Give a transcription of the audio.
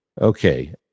Okay